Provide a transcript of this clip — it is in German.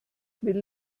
will